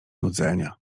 nudzenia